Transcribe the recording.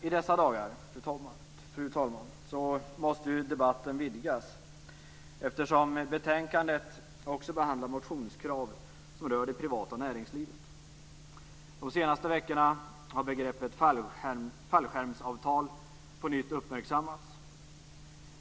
I dessa dagar måste debatten vidgas, eftersom betänkandet också behandlar motionskrav som rör det privata näringslivet. De senaste veckorna har begreppet fallskärmsavtal på nytt uppmärksammats.